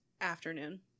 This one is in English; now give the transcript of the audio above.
afternoon